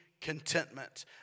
contentment